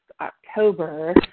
October